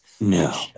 No